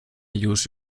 use